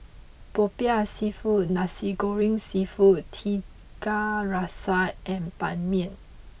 Popiah Seafood Nasi Goreng Seafood Tiga Rasa and Ban Mian